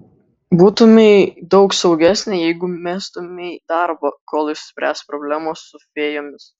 būtumei daug saugesnė jeigu mestumei darbą kol išsispręs problemos su fėjomis